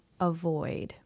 avoid